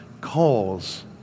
calls